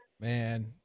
Man